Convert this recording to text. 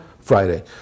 Friday